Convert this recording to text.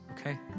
okay